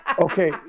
Okay